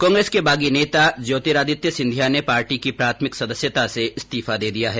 कांग्रेस के बागी नेता ज्योतिरादित्य सिंधिया ने पार्टी की प्राथमिक सदस्यता से इस्तीफा दे दिया है